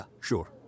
sure